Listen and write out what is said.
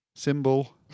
Symbol